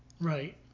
right